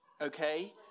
Okay